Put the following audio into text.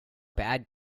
bad